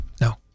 No